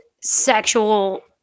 sexual